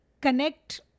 connect